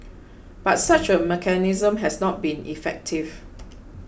but such a mechanism has not been effective